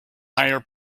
higher